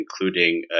including